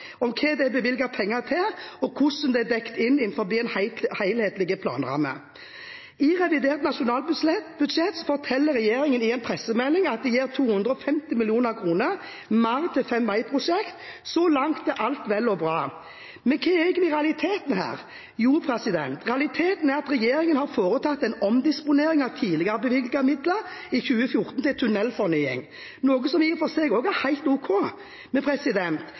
hva det er bevilget penger til, og hvordan dette er dekket inn innenfor en helhetlig planramme. I revidert nasjonalbudsjett forteller regjeringen i en pressemelding at de gir 250 mill. kr mer til fem veiprosjekter. Så langt er alt vel og bra. Men hva er egentlig realiteten her? Jo, realiteten er at regjeringen har foretatt en omdisponering av tidligere bevilgede midler i 2014 til tunnelfornying – noe som i og for seg også er helt ok. Men